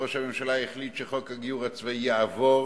ראש הממשלה החליט שחוק הגיור הצבאי יעבור,